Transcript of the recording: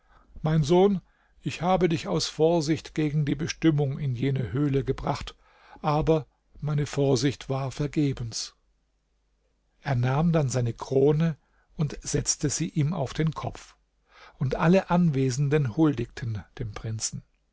mein sohn ich habe dich aus vorsicht gegen die bestimmung in jene höhle gebracht aber meine vorsicht war vergebens er nahm dann seine krone und setzte sie ihm auf den kopf und alle anwesenden huldigten dem prinzen